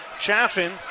Chaffin